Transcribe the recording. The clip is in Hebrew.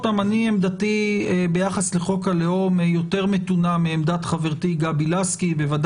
אני שמח שאנחנו חלק ממשלה, גם אתה וגם